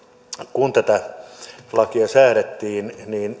kun tätä lakia säädettiin